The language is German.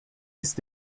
ist